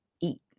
eat